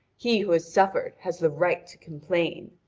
he who has suffered has the right to complain.